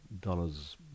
dollars